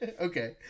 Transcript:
Okay